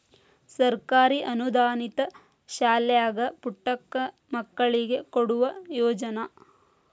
ಸರ್ಕಾರಿ ಅನುದಾನಿತ ಶಾಲ್ಯಾಗ ಪುಕ್ಕಟ ಮಕ್ಕಳಿಗೆ ಕೊಡುವ ಯೋಜನಾ